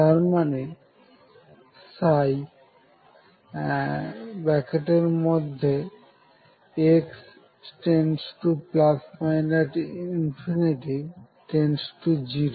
তারমানে x→±∞→0